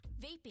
Vaping